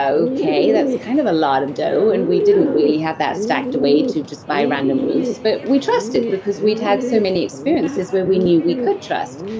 ah okay, that's kind of a lot of dough. and we didn't really have that stacked away to just by random woos but we trusted because we'd had so many experiences where we knew we could trust,